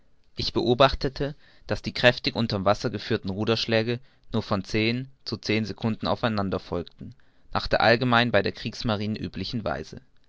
ich beobachtete daß die kräftig unter'm wasser geführten ruderschläge nur von zehn zu zehn secunden auf einander folgten nach der allgemein bei den kriegsmarinen üblichen weise